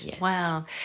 Wow